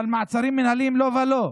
אבל מעצרים מינהליים, לא ולא,